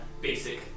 basic